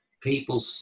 people